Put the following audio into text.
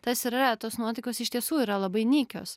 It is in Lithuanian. tas ir yra tos nuotaikos iš tiesų yra labai nykios